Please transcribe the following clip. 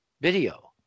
video